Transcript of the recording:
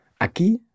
Aquí